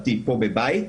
הפוליטי-חברתי פה בבית,